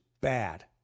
bad